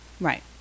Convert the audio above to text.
Right